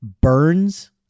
Burns